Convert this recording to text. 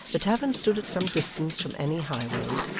the tavern stood at some distance from any high road,